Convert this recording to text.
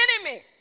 enemy